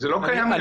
זה לא קיים היום.